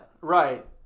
Right